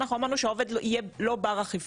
אנחנו אמרנו שהעובד יהיה לא בר אכיפה,